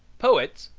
poets,